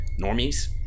normies